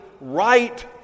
right